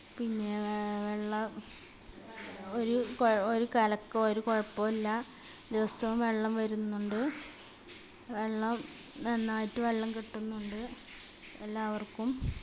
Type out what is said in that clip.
പിന്നെ വെള്ളം ഒരു ഒരു കലക്കവും ഒരു കുഴപ്പവുമില്ല ദിവസവും വെള്ളം വരുന്നുണ്ട് വെള്ളം നന്നായിട്ട് വെള്ളം കിട്ടുന്നുണ്ട് എല്ലാവർക്കും